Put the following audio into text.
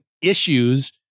issues